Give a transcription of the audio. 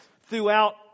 throughout